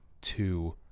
two